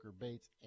Bates